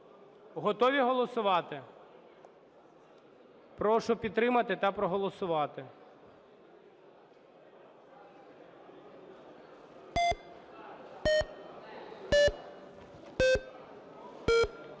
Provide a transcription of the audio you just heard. Готові голосувати? Прошу підтримати та проголосувати.